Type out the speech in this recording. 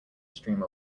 stream